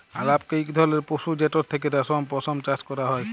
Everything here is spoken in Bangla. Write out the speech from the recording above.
আলাপকে ইক ধরলের পশু যেটর থ্যাকে রেশম, পশম চাষ ক্যরা হ্যয়